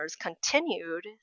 continued